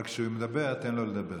אבל כשהוא מדבר, תן לו לדבר.